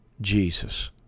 Jesus